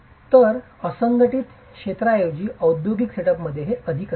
तर असंघटित क्षेत्राऐवजी औद्योगिक सेटअपमध्ये हे अधिक असेल